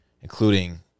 including